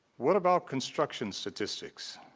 what about construction statistics?